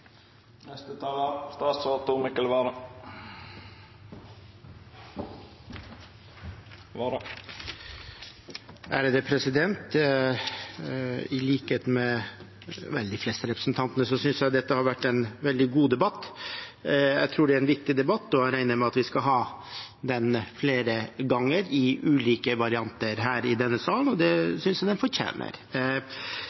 I likhet med de fleste representantene synes jeg dette har vært en veldig god debatt. Jeg tror det er en viktig debatt, og jeg regner med at vi skal ha den flere ganger i ulike varianter her i denne sal. Det